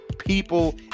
people